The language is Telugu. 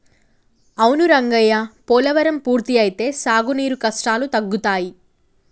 అవును రంగయ్య పోలవరం పూర్తి అయితే సాగునీరు కష్టాలు తగ్గుతాయి